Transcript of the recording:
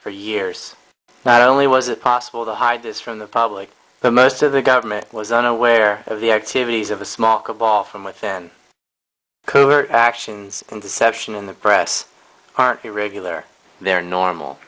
for years not only was it possible to hide this from the public but most of the government was unaware of the activities of a small cabal from within or actions and deception in the press aren't the regular their normal